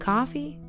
Coffee